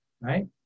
Right